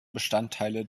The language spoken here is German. bestandteile